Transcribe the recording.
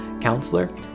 counselor